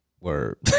Word